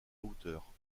hauteurs